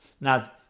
Now